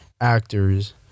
actors